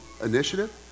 initiative